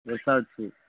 resorts